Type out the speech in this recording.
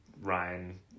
Ryan